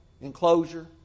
enclosure